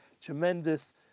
tremendous